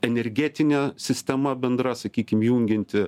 energetinė sistema bendra sakykim jungianti